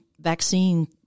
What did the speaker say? vaccine